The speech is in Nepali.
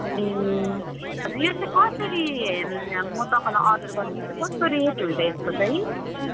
ए अब यो चाहिँ कसरी म तपाईँलाई अर्डर गरौँ कस्तो रेट हुन्छ यसको चाहिँ